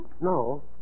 No